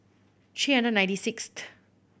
three hundred and ninety sixth